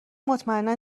مطمئنا